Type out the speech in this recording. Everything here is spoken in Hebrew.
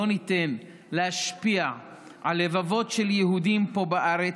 לא ניתן להשפיע על לבבות של יהודים פה בארץ,